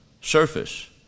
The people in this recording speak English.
surface